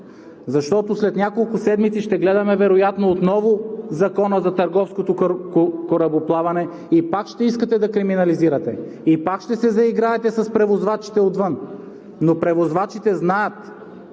Защото след няколко седмици ще гледаме вероятно отново Закона за търговското корабоплаване и пак ще искате да криминализирате, и пак ще се заиграете с превозвачите отвън, но превозвачите знаят,